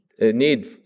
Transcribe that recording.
need